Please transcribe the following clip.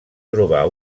trobar